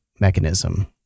mechanism